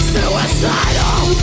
Suicidal